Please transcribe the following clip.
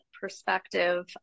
perspective